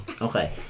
Okay